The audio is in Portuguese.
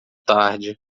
tarde